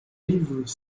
rives